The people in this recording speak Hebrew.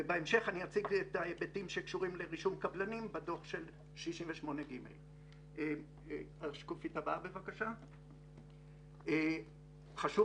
ובהמשך אני אציג את ההיבטים שקשורים לרישום קבלנים בדוח 68ג'. חשוב